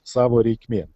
savo reikmėm